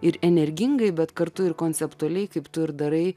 ir energingai bet kartu ir konceptualiai kaip tu ir darai